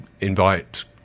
invite